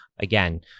Again